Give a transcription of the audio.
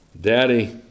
Daddy